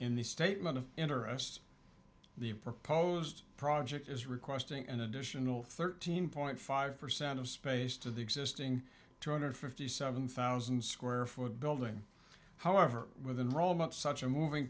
in the statement of interest the proposed project is requesting an additional thirteen point five percent of space to the existing two hundred fifty seven thousand square foot building however with an rolled up such a moving